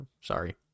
Sorry